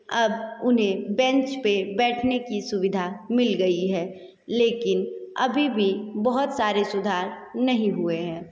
अब उन्हें बेंच पर बैठने की सुविधा मिल गयी है लेकिन अभी भी बहुत सारे सुधार नहीं हुए हैं